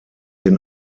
den